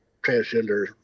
transgender